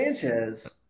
Sanchez